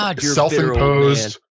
self-imposed